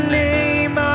name